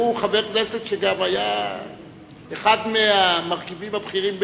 הוא חבר כנסת שגם היה אחד מהמרכיבים הבכירים בצה"ל,